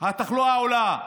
התחלואה עולה,